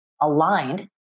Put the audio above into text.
aligned